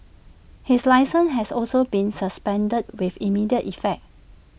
his licence has also been suspended with immediate effect